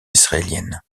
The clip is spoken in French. israéliennes